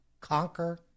conquer